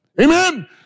Amen